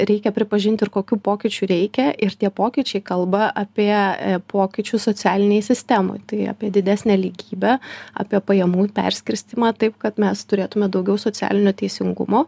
reikia pripažinti ir kokių pokyčių reikia ir tie pokyčiai kalba apie pokyčius socialinėj sistemoj tai apie didesnę lygybę apie pajamų perskirstymą taip kad mes turėtume daugiau socialinio teisingumo